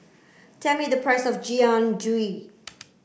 tell me the price of Jian Dui